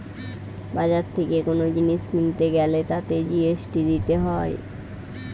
বাজার থেকে কোন জিনিস কিনতে গ্যালে তাতে জি.এস.টি দিতে হয়